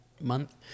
month